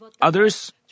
Others